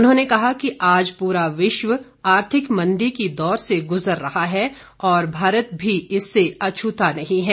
उन्होंने कहा कि आज पूरा विश्व आर्थिक मंदी की दौर से गुजर रहा है और भारत भी इससे अछूता नहीं है